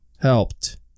helped